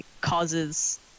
causes